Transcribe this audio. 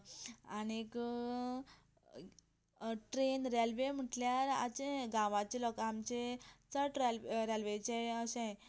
आनीक train railway म्हटल्यार आयचे गांवांचे लोकांक आमचे ते चड रेल्व रेल्वेचे अशें